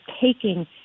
taking